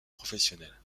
professionnel